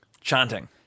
Chanting